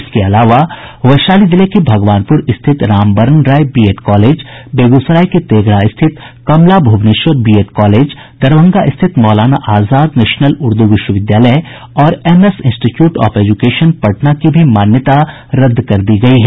इसके अलावा वैशाली जिले के भगवानपुर स्थित Rambaran Rai B Ed college Begusarai के तेघड़ा स्थित Kamla Bhubaneswar B Ed college Darbhanga स्थित मौलाना आजाद नेशनल उर्दू विश्वविद्यालय और M S Institute of Education Patna की भी मान्यता रद्द कर दी गयी है